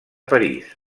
parís